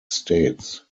states